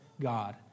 God